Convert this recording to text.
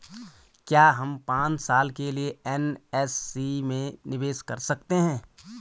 क्या हम पांच साल के लिए एन.एस.सी में निवेश कर सकते हैं?